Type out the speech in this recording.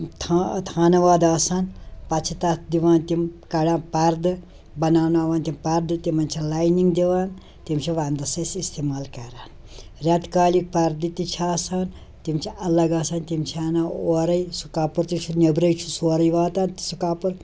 تھا تھانہٕ واد آسان پتہٕ چھِ تَتھ دِوان تِم کڑان پردٕ بناوناوان تِم پردٕ تِمن چھِ لاینِنٛگ دِوان تِمَن چھِ ونٛدس أسۍ استعمال کَران رٮ۪تہٕ کالِکۍ پردٕ تہِ چھِ آسان تِم چھِ الگ آسان تِم چھِ اَنان اورَے سُہ کپُر تہِ چھِ نیبرَے چھُ سورٕے واتان سُہ کپُر